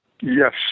Yes